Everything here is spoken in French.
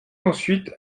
ensuite